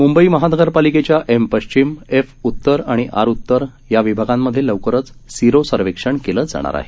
मुंबई महानगर पालिकेच्या एम पश्चिम एफ उत्तर आणि आर उत्तर या विभागांमधे लवकरच सिरो सर्वेक्षण केलं जाणार आहे